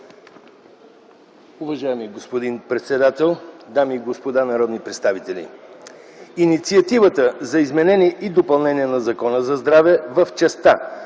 Уважаеми господин председател, дами и господа народни представители! Инициативата за изменение и допълнение на Закона за здравето в частта,